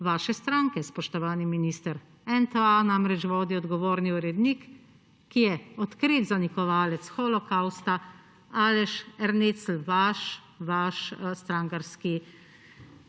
vaše stranke, spoštovani minister. NTA namreč vodi odgovorni urednik, ki je odkrit zanikovalec holokavsta, Aleš Ernecl, vaš strankarski